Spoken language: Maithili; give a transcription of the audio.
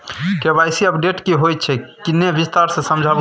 के.वाई.सी अपडेट की होय छै किन्ने विस्तार से समझाऊ ते?